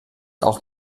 auch